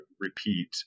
repeat